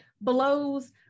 blows